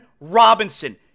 Robinson